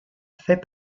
fait